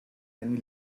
any